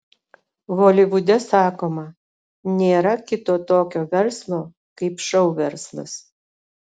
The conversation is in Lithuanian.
holivude sakoma nėra kito tokio verslo kaip šou verslas